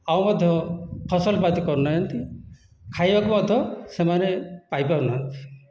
ଆଉ ମଧ୍ୟ ଫସଲପାତ୍ କରୁନାହାନ୍ତି ଖାଇବାକୁ ମଧ୍ୟ ସେମାନେ ପାଇପାରୁନାହାନ୍ତି